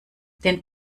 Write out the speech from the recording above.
den